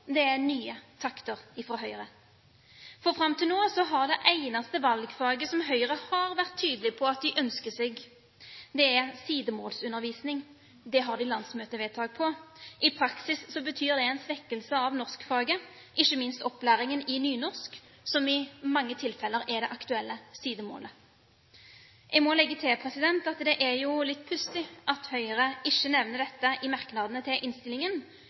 Det er nye takter fra Høyre. For fram til nå har det eneste valgfaget som Høyre har vært tydelig på at de ønsker seg, vært sidemål. Det har de landsmøtevedtak på. I praksis betyr det en svekkelse av norskfaget, ikke minst opplæringen i nynorsk, som i mange tilfeller er det aktuelle sidemålet. Jeg må legge til at det er litt pussig at Høyre ikke nevner dette i merknadene i innstillingen